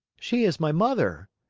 she is my mother,